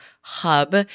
hub